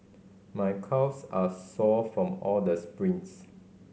my calves are sore from all the sprints